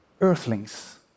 earthlings